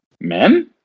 Men